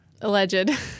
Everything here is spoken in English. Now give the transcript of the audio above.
Alleged